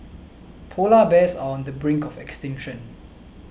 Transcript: Polar Bears are on the brink of extinction